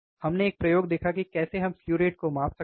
हमने एक प्रयोग देखा कि कैसे हम स्लु रेट को माप सकते हैं